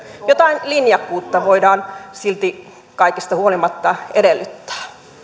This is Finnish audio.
jotain linjakkuutta voidaan silti kaikesta huolimatta edellyttää